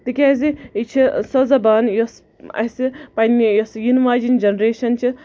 تِکیازِ یہِ چھِ سۄ زَبان یۄس اَسہِ پَنٕنہِ یۄس یِنہٕ واجیٚنۍ جٮ۪نریشَن چھِ